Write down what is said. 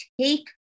take